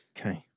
Okay